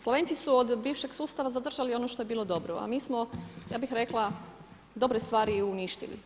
Slovenci su od bivšeg sustava zadržali ono što je bilo dobro, a mi smo, ja bih rekla, dobre stvari uništili.